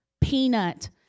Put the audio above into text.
peanut